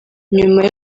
nyuma